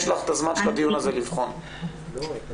יש לך את הזמן בו מתקיים הדיון הזה לבחון את הנושא הזה.